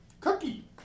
Cookie